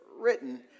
written